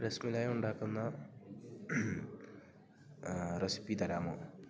റസ്മലായി ഉണ്ടാക്കുന്ന റെസിപി തരാമോ